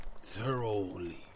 thoroughly